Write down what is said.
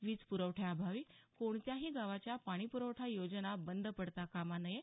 वीज प्रवठ्याअभावी कोणत्याही गावाच्या पाणीप्रवठा योजना बंद पडता कामा नये